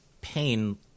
pain